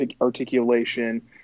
articulation